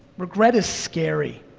regret is scary.